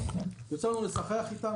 יצא לנו לשוחח איתם,